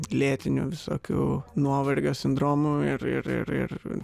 lėtinių visokių nuovargio sindromų ir ir ir ir